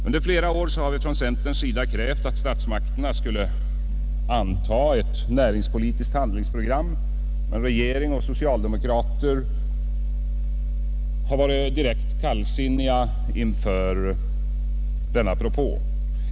Under flera år har från centerns sida krävts att statsmakterna skulle lägga fast ett näringspolitiskt handlingsprogram, men regering och socialdemokrater har varit direkt kallsinniga inför denna propå.